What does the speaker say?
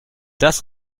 das